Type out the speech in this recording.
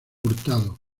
hurtado